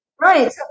Right